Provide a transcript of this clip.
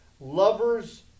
lovers